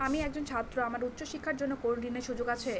আমি একজন ছাত্র আমার উচ্চ শিক্ষার জন্য কোন ঋণের সুযোগ আছে?